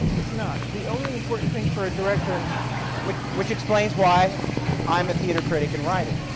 it's not. the only important thing for a director which which explains why i'm a theatre critic and writer.